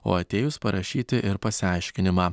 o atėjus parašyti ir pasiaiškinimą